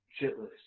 shitless